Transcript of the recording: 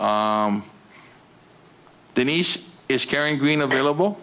denise is carrying green available